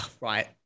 right